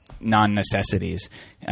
non-necessities